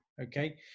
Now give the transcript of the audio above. okay